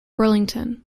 burlington